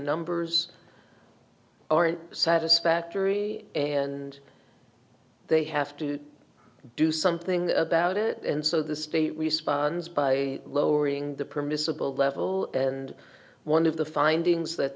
numbers aren't satisfactory and they have to do something about it and so the state responds by lowering the permissible level and one of the findings that